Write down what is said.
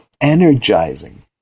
energizing